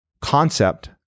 concept